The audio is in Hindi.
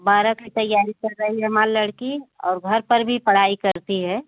बारह के तैयारी कर रही हमारी लड़की और घर पर भी पढ़ाई करती है